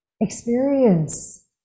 Experience